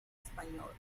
español